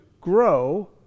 grow